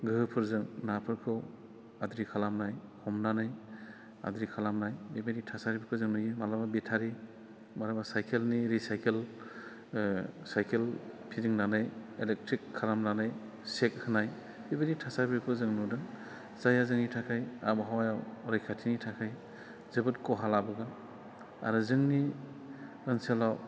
गोहोफोरजों नाफोरखौ आद्रि खालामनाय हमनानै आद्रि खालामनाय बेबायदि थासारिफोरखौ जों नुयो माब्लाबा बेटारि माब्लाबा सायकेलनि रिसायकेल सायकेल फिदिंनानै इलेक्ट्रिक खालामनानै सेक होनाय बेबायदि थासाफोरखौ जों नुदों जायहा जोंनि थाखाय आबहावायाव रैखाथिनि थाखाय जोबोद खहा लाबोगोन आरो जोंनि ओनसोलाव